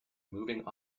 moving